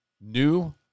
new